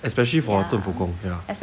especially for 政府工